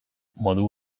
modu